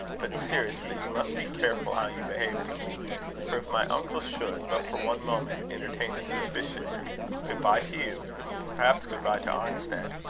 but, seriously, you must be careful how you behave to me for if my uncle should, but for one moment, entertain a suspicion good-bye to you perhaps good-bye to arnstead.